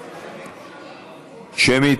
שמית.